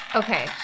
okay